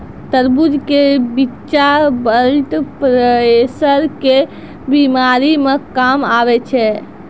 तरबूज के बिच्चा ब्लड प्रेशर के बीमारी मे काम आवै छै